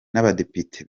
n’abadepite